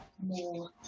more